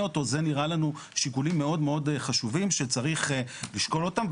אותו זה נראה לנו שיקולים מאוד מאוד חשובים שצריך לשקול אותם.